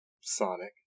Sonic